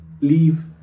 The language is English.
leave